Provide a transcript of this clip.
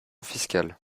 fiscale